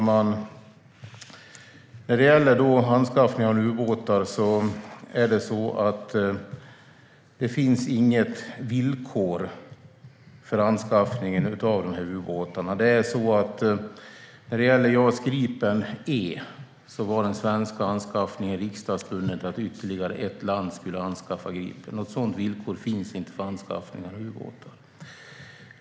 Fru talman! Det finns inte något villkor för anskaffningen av de här ubåtarna. När det gäller JAS Gripen E var den svenska anskaffningen riksdagsbunden till att ytterligare ett land skulle anskaffa Gripen. Något sådant villkor finns inte för anskaffning av ubåtar.